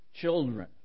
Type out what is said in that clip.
children